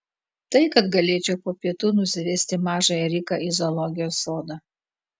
tai kad galėčiau po pietų nusivesti mažąją riką į zoologijos sodą